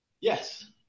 Yes